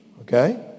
Okay